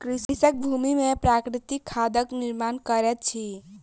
कृषक भूमि में प्राकृतिक खादक निर्माण करैत अछि